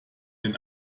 den